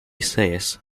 says